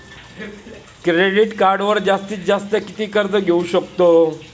Credit कार्डवर जास्तीत जास्त किती कर्ज घेऊ शकतो?